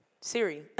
Siri